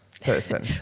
person